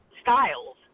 styles